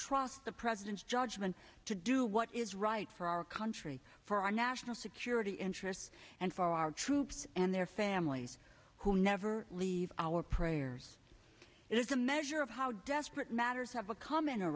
trust the president's judgment to do what is right for our country for our national security interests and for our troops and their families who never leave our prayers it is a measure of how desperate matters have a comm